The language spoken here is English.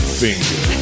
finger